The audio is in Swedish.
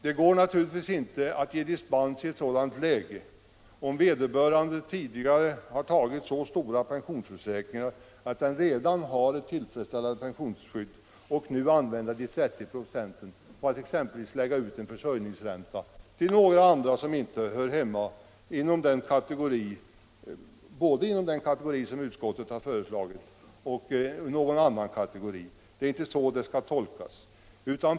Det går naturligtvis inte att ge dispens i ett sådant läge, om vederbörande tidigare har tecknat så stora pensionsförsäkringar att han redan har ett tillfredsställande pensionsskydd och nu kan använda dessa 30 946 för att exempelvis lägga ut en försörjningsränta till andra som inte hör hemma vare sig i denna eller i någon annan kategori. Det är inte så det skall tolkas.